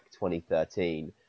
2013